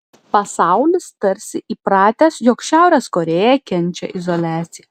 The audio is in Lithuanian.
pasaulis tarsi įpratęs jog šiaurės korėja kenčia izoliaciją